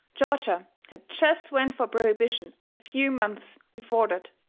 georgia had jest went fur prohibition a few months before that,